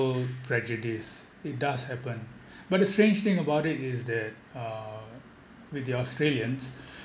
prejudice it does happen but the strange thing about it is that uh with the australians